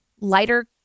lighter